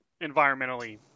environmentally